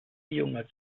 junger